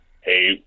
Hey